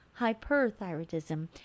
Hyperthyroidism